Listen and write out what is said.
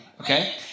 okay